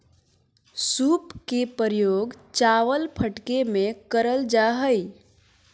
सूप के प्रयोग चावल फटके में करल जा हइ